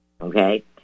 okay